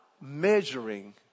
measuring